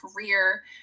career